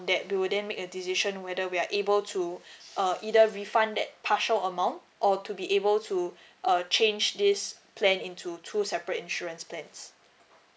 that we will then make a decision whether we are able to uh either refund that partial amount or to be able to uh change this plan into two separate insurance plans